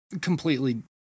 completely